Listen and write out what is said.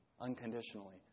unconditionally